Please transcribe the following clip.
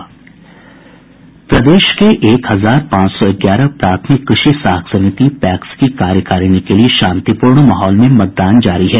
प्रदेश के एक हजार पांच सौ ग्यारह प्राथमिक कृषि साख समिति पैक्स की कार्यकारिणी के लिए शांतिपूर्ण माहौल में मतदान जारी है